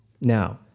Now